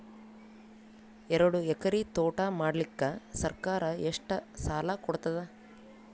ಎರಡು ಎಕರಿ ತೋಟ ಮಾಡಲಿಕ್ಕ ಸರ್ಕಾರ ಎಷ್ಟ ಸಾಲ ಕೊಡತದ?